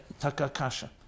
takakasha